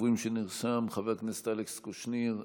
ראשון הדוברים שנרשם הוא חבר הכנסת אלכס קושניר,